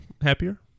happier